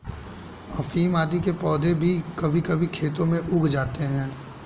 अफीम आदि के पौधे भी कभी कभी खेतों में उग जाते हैं